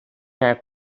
had